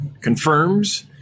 confirms